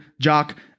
jock